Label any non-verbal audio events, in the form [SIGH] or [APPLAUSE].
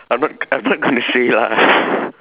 I'm not I'm not gonna say lah [LAUGHS]